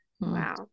Wow